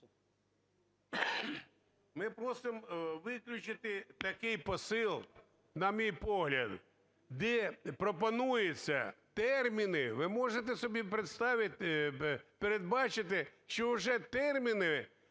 Ми просимо виключити такий посил, на мій погляд, де пропонуються терміни. Ви можете собі представити, передбачити, що вже термінами,